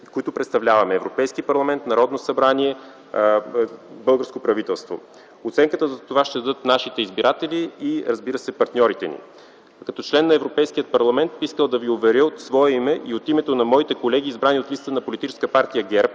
които представляваме: Европейският парламент, Народното събрание, българското правителство. Оценката за това ще дадат нашите избиратели и, разбира се, партньорите ни. Като член на Европейския парламент искам да ви уверя от свое име и от името на моите колеги, избрани от листата на политическа партия ГЕРБ,